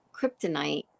kryptonite